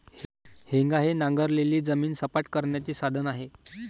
हेंगा हे नांगरलेली जमीन सपाट करण्याचे साधन आहे